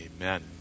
Amen